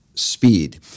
speed